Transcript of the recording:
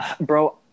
bro